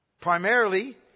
primarily